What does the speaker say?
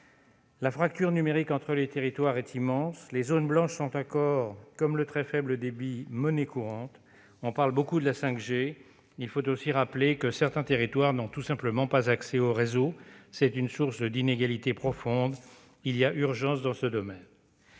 La fracture numérique entre les territoires est immense ; les zones blanches sont encore, comme le très faible débit, monnaie courante ; on parle beaucoup de la 5G, mais il faut rappeler que certains territoires n'ont tout simplement pas accès au réseau : c'est une source d'inégalités profondes, et il y a urgence dans ce domaine.